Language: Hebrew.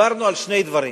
דיברנו על שני דברים: